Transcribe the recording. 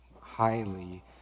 highly